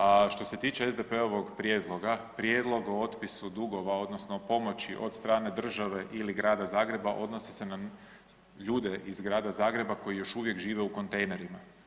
A što se tiče SDP-ovog prijedloga, prijedlog o otpisu dugova odnosno pomoći od strane države ili Grada Zagreba odnosi se na ljude iz Grada Zagreba koji još uvijek žive u kontejnerima.